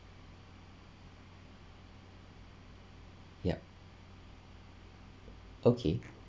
yup okay